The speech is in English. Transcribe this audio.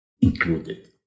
included